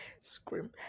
scream